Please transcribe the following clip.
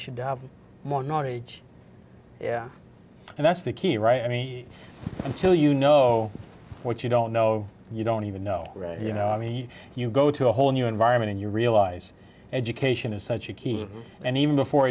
should have more knowledge yeah and that's the key right i mean until you know what you don't know you don't even know you know i mean you go to a whole new environment and you realize education is such a key and even before